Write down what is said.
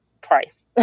price